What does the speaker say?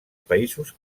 països